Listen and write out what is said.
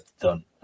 done